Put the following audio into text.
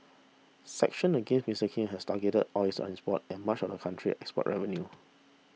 sanctions against Mister Kim has targeted oils and sports and much of the country's export revenue